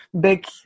big